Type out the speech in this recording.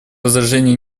возражений